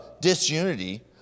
disunity